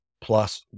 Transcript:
plus